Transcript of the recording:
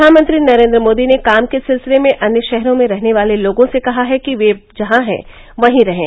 प्रधानमंत्री नरेन्द्र मोदी ने काम के सिलसिले में अन्य शहरों में रहने वाले लोगों से कहा है कि वे जहां हैं वहीं रहें